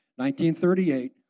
1938